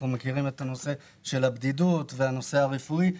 כמו עניין הבדידות והנושא הרפואי.